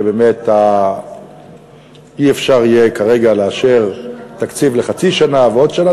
באמת אי-אפשר כרגע לאשר תקציב לחצי שנה ועוד שנה,